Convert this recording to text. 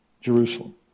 Jerusalem